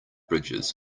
bridges